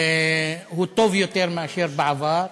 הוא טוב יותר מאשר בעבר.